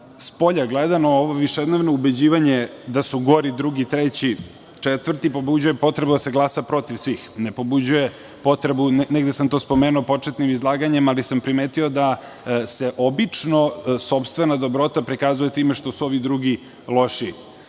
spolja gledano, ovo višednevno ubeđivanje da su gori drugi, treći, četvrti, pobuđuje potrebu da se glasa protiv svih. Negde sam to spomenuo u početnim izlaganjima, ali sam primetio da se obično sopstvena dobrota prikazuje time što su ovi drugi lošiji.